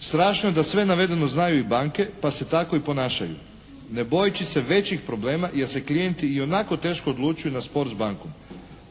Strašno je da sve navedeno znaju i banke, pa se tako i ponašaju ne bojeći se većih problema jer se klijenti ionako teško odlučuju na spor s bankom.